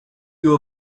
you